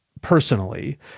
personally